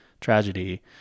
tragedy